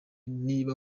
niba